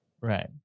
Right